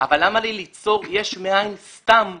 אבל למה לי ליצור יש מאין סתם מנהל,